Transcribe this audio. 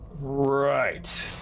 Right